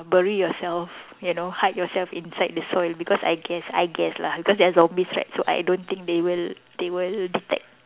bury yourself you know hide yourself inside the soil because I guess I guess lah because there are zombies right so I don't think they will they will detect